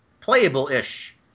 playable-ish